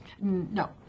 No